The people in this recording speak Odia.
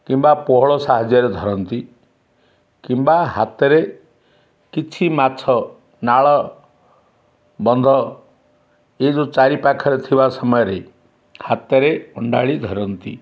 କିମ୍ବା ପୋହଳ ସାହାଯ୍ୟରେ ଧରନ୍ତି କିମ୍ବା ହାତରେ କିଛି ମାଛ ନାଳ ବନ୍ଧ ଏଇ ଯେଉଁ ଚାରିପାଖରେ ଥିବା ସମୟରେ ହାତରେ ଅଣ୍ଡାଳି ଧରନ୍ତି